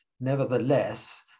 nevertheless